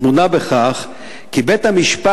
טמונה בכך שבית-המשפט,